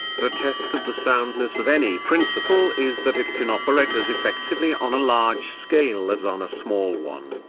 the test of the soundness of any principle is that it can operate as effectively on a large scale as on a small one,